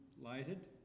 lighted